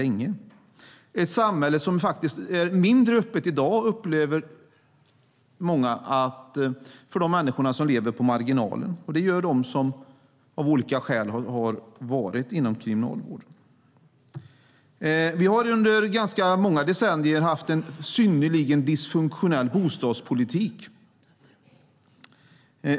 Många upplever det som att samhället är mindre öppet i dag för de människor som lever på marginalen. Det gör de som av olika skäl har varit inom kriminalvården. Under ganska många decennier har vi haft en synnerligen dysfunktionell bostadspolitik.